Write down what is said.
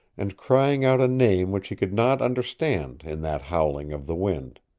and crying out a name which he could not understand in that howling of the wind.